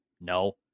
No